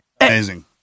Amazing